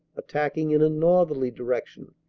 attacking in a northerly direction